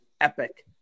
epic